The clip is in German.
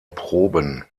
proben